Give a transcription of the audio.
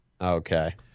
Okay